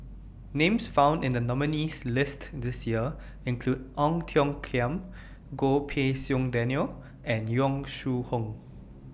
Names found in The nominees' list This Year include Ong Tiong Khiam Goh Pei Siong Daniel and Yong Shu Hoong